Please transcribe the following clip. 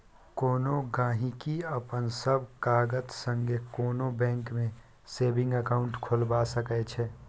कोनो गहिंकी अपन सब कागत संगे कोनो बैंक मे सेबिंग अकाउंट खोलबा सकै छै